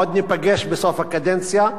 עוד ניפגש בסוף הקדנציה,